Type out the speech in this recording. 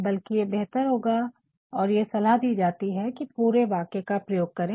बल्कि ये बेहतर होगा है और ये ही सलाह दी जाती है की पूरे वाक्य का प्रयोग करे